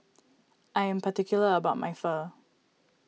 I am particular about my Pho